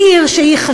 היא עיר חשוכה,